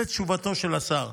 זו תשובתו של השר.